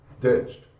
ditched